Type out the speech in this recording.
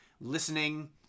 listening